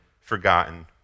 forgotten